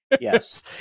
yes